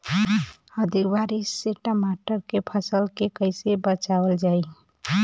अधिक बारिश से टमाटर के फसल के कइसे बचावल जाई?